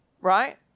right